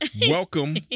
Welcome